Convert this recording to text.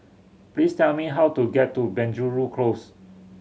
please tell me how to get to Penjuru Close